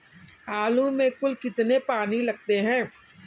आलू में कुल कितने पानी लगते हैं?